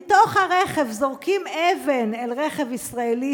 מתוך הרכב זורקים אבן אל רכב ישראלי,